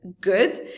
good